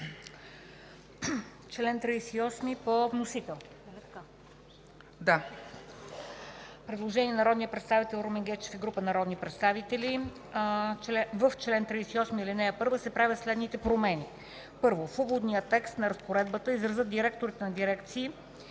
чл. 38 по вносител